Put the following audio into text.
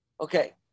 Okay